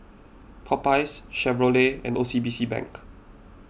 Popeyes Chevrolet and O C B C Bank